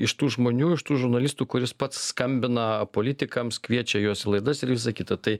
iš tų žmonių iš tų žurnalistų kuris pats skambina politikams kviečia juos į laidas visa kita tai